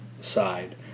side